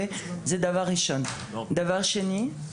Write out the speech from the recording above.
דבר שני,